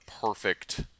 perfect